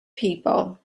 people